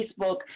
Facebook